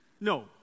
No